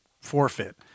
forfeit